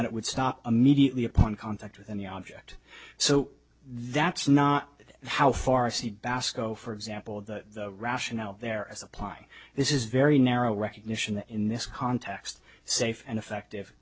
that it would stop immediately upon contact with any object so that's not how far sea bass go for example the rationale there as apply this is very narrow recognition that in this context safe and effective